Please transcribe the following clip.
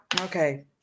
Okay